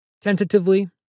tentatively